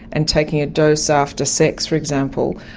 and taking a dose after sex, for example,